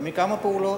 ומכמה פעולות.